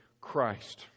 Christ